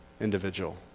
individual